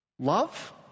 love